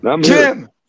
Jim